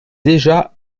déjà